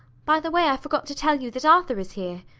by the way, i forgot to tell you that arthur is here.